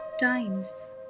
times